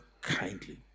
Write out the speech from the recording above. Kindly